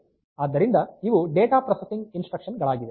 ಆದ್ದರಿಂದ ಇವು data processing instruction ಗಳಾಗಿವೆ